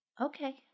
Okay